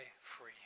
free